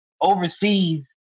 overseas